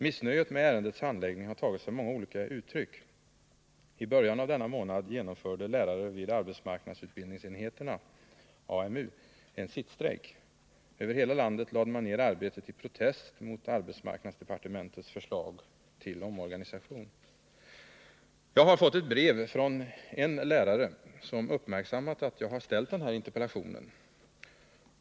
Missnöjet med ärendets handläggning har tagit sig många olika uttryck. I början av denna månad genomförde lärare vid arbetsmarknadsutbildningsenheterna, AMU, en sittstrejk. Över hela landet lade man ned arbetet i protest mot arbetsmarknadsdepartementets förslag till omorganisation. Jag har fått ett brev från en lärare som uppmärksammat att jag har framställt den här interpellationen.